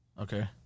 Okay